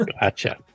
Gotcha